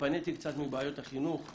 התפניתי קצת מבעיות החינוך,